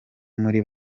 muri